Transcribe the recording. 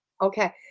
Okay